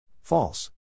False